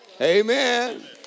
Amen